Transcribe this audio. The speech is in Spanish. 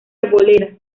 arboleda